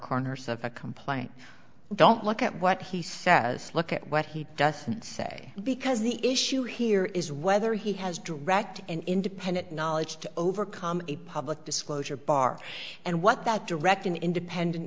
corners of a complaint don't look at what he says look at what he does say because the issue here is whether he has direct and independent knowledge to overcome a public disclosure bar and what that direct an independent